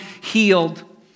healed